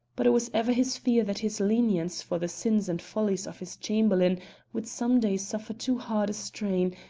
but it was ever his fear that his lenience for the sins and follies of his chamberlain would some day suffer too hard a strain,